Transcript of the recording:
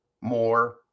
more